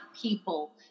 people